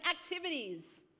activities